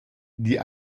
die